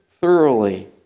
thoroughly